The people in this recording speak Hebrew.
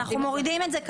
אנחנו מורידים את זה כרגע,